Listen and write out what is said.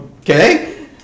Okay